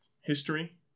history